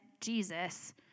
Jesus